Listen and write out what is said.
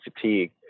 fatigue